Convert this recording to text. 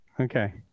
okay